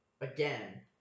again